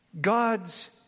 God's